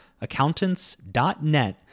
accountants.net